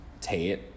Tate